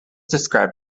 describe